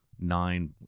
nine